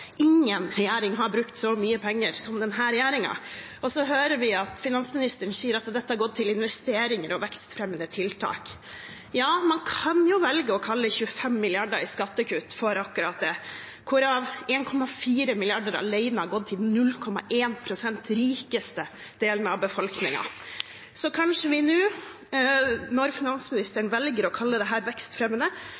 Ingen regjering har brukt så mye penger som denne regjeringen. Så hører vi finansministeren si at dette har gått til investeringer og vekstfremmende tiltak. Ja, man kan velge å kalle 25 mrd. kr i skattekutt akkurat det, hvorav 1,4 mrd. kr alene har gått til den 0,1 pst. rikeste delen av befolkningen. Så kanskje vi nå, når